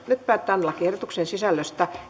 nyt päätetään lakiehdotuksen sisällöstä